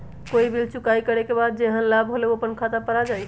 कोई बिल चुकाई करे के बाद जेहन लाभ होल उ अपने खाता पर आ जाई?